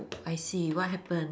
I see what happened